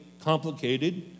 complicated